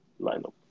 lineup